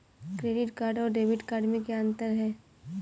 Credit card और debit card में क्या अंतर है?